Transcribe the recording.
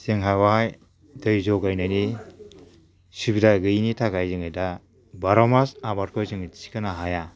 जोंहा बेवहाय दै जगायनायनि सुबिदा गैयैनि थाखाय जोङो दा बार'मास आबादखौ जों थिखांनो हाया